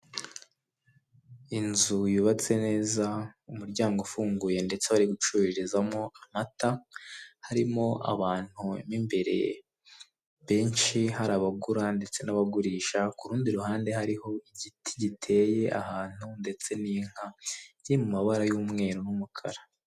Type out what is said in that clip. Inzu yubatse neza umuryango ufunguye ndetse bari gucururizamo amata harimo abantu mu imbere benshi hari abagura ndetse n'abagurisha, kurundi ruhande hariho igiti giteye ahantu ndetse n'inka iri mu mabara y'umweru n'umukara,